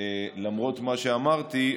למרות מה שאמרתי,